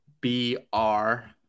B-R